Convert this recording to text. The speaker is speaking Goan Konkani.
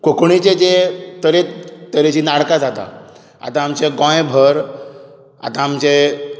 कोंकणीचें जे तरेतरेची नाटकां जातात आतां आमचे गोंयभर आतां आमचें